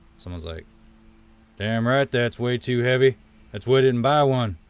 someones like damn right that's way too heavy that's why i didn't buy one.